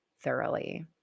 thoroughly